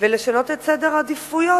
ולשנות את סדר העדיפויות.